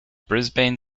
brisbane